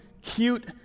cute